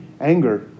Anger